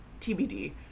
TBD